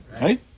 Right